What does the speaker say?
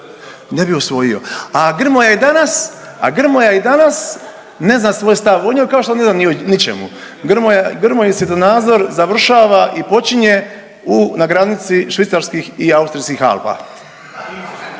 i danas, a Grmoja i danas ne zna svoj stav o njoj kao što ne zna ni o ničemu, Grmojin svjetonazor završava i počinje u na granici švicarskih i austrijskih Alpa.